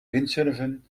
windsurfen